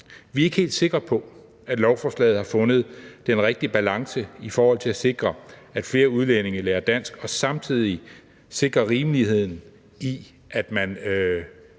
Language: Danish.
Vi er ikke helt sikre på, at lovforslaget har fundet den rigtige balance i forhold til at sikre, at flere udlændinge lærer dansk, og samtidig at sikre rimeligheden i, at man